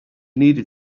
needed